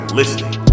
listening